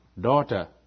Daughter